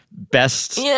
Best